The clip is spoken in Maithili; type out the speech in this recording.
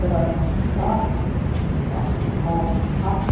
तऽ साग हँ